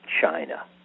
China